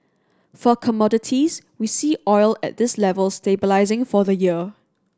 for commodities we see oil at this level stabilising for the year